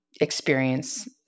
experience